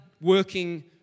working